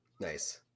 Nice